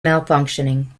malfunctioning